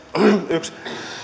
yksi